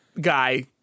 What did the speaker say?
guy